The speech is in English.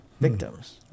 victims